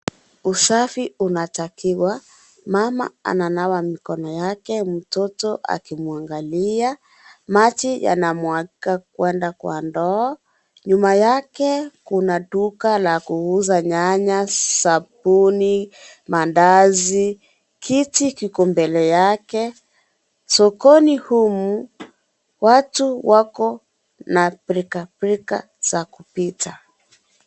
Safi natakiwa. Mama ananawa mikono yake mtoto akimwangalia. Maji yanamwagika kwenda kwa ndoo. Nyuma yake kuna duka la kuuza nyanya, sabuni mandazi. Kiti kiko mbele yake. Sokoni humu watu wako na pilkapilka za kupita